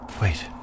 Wait